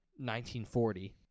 1940